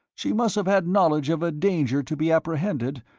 she must have had knowledge of a danger to be apprehended,